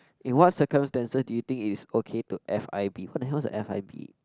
in what circumstances do you think it's okay to f_i_b what the hell is a f_i_b